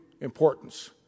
importance